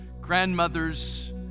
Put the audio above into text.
grandmothers